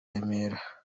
remera